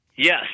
Yes